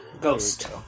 Ghost